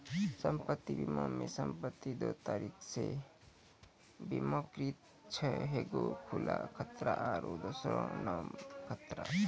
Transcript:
सम्पति बीमा मे सम्पति दु तरिका से बीमाकृत छै एगो खुला खतरा आरु दोसरो नाम खतरा